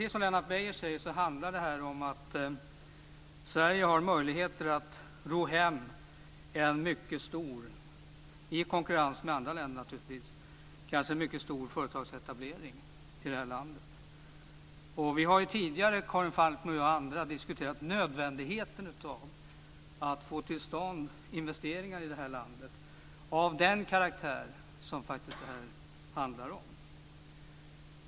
Som Lennart Beijer säger handlar det här om att vi i Sverige har möjlighet att i konkurrens med andra stater ro hem en kanske mycket stor företagsetablering till vårt land. Karin Falkmer, jag och andra har tidigare diskuterat nödvändigheten att få till stånd investeringar i vårt land av den karaktär som det här faktiskt handlar om.